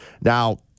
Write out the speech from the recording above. Now